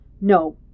No